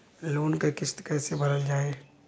Loan क किस्त कैसे भरल जाए?